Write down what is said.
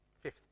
fifth